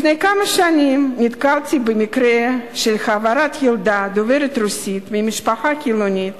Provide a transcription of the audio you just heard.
לפני כמה שנים נתקלתי במקרה של העברת ילדה דוברת רוסית ממשפחה חילונית